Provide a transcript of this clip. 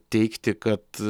teigti kad